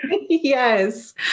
Yes